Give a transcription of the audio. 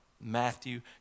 Matthew